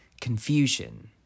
confusion